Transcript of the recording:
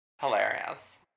Hilarious